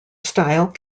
style